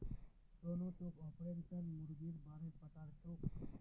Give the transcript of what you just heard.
सोनू तोक ऑर्पिंगटन मुर्गीर बा र पता छोक